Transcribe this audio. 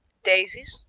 daisies,